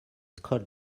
cod